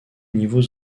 niveaux